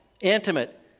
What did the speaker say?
Intimate